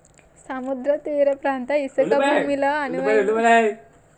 సముద్ర తీర ప్రాంత ఇసుక భూమి లో అనువైన పంట ఏది?